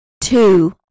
Two